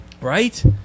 Right